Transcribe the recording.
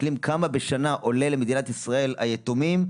מסתכלים כמה עולים למדינת ישראל בשנה היתומים,